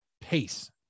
pace